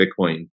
bitcoin